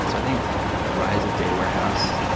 i think the rise of data warehouse,